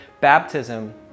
Baptism